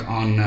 on